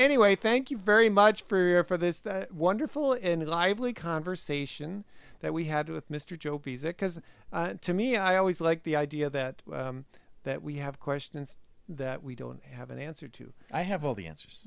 anyway thank you very much freer for this wonderful and lively conversation that we had with mr job because to me i always like the idea that that we have questions that we don't have an answer to i have all the answers